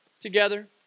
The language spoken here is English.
together